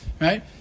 right